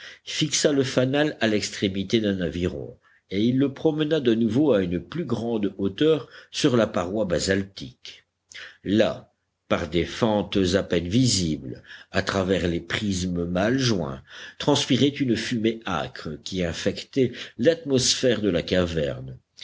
fixa le fanal à l'extrémité d'un aviron et il le promena de nouveau à une plus grande hauteur sur la paroi basaltique là par des fentes à peine visibles à travers les prismes mal joints transpirait une fumée âcre qui infectait l'atmosphère de la caverne